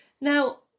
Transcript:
Now